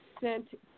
sent